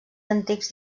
antics